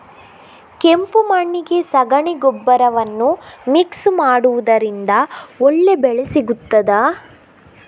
ಕೆಂಪು ಮಣ್ಣಿಗೆ ಸಗಣಿ ಗೊಬ್ಬರವನ್ನು ಮಿಕ್ಸ್ ಮಾಡುವುದರಿಂದ ಒಳ್ಳೆ ಬೆಳೆ ಸಿಗುತ್ತದಾ?